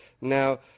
Now